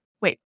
wait